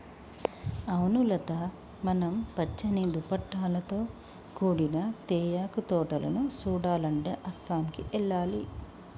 అవును లత మనం పచ్చని దుప్పటాలతో కూడిన తేయాకు తోటలను సుడాలంటే అస్సాంకి ఎల్లాలి